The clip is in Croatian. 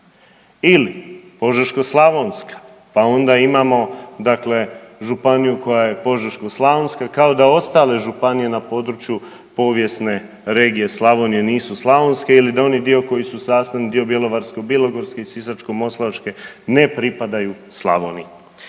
Ili Požeško-slavonska pa onda imamo dakle, županija koja je Požeško-slavonska, kao da ostale županije na području povijesne regije Slavonije nisu slavonske ili da oni dio koji su sastavni dio Bjelovarko-bilogorske i Sisačko-moslavačke ne pripadaju Slavoniji.